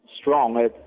strong